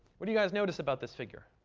what do you guys notice about this figure?